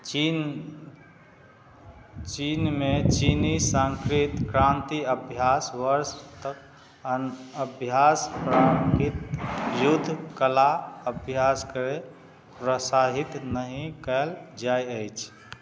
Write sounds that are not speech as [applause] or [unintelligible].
चीन चीनमे चीनी साँस्कृतिक क्रान्ति अभ्यास वर्ष अभ्यास [unintelligible] युद्धकला अभ्यासके प्रोत्साहित नहि कएल जाइ अछि